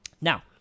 Now